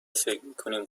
فکرمیکنیم